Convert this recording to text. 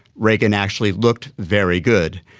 reagan actually looked very good.